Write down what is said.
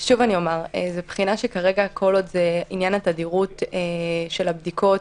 עניין התדירות של הבדיקות